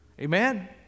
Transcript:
amen